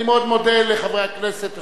אני מאוד מודה לחברי הכנסת השואלים: